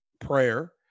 prayer